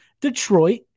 Detroit